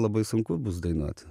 labai sunku bus dainuot